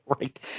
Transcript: Right